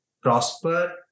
prosper